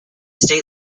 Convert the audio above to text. state